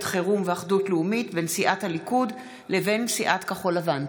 חירום ואחדות לאומית בין סיעת הליכוד לבין סיעת כחול לבן.